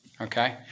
okay